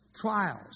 Trials